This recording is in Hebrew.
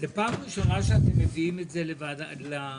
זאת פעם ראשונה אתם מביאים את זה לכנסת?